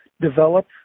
develop